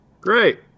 Great